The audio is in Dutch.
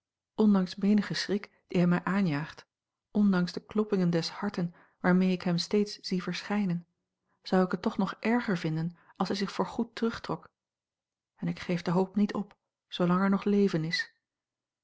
ondanks menigen schrik dien hij mij aanjaagt ondanks de kloppingen des harten waarmee ik hem steeds zie verschijnen zou ik het toch nog erger vinden als hij zich voorgoed terugtrok en ik geef de hoop niet op zoolang er nog leven is